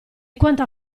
quanta